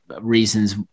reasons